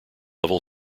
level